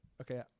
okay